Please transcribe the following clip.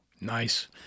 Nice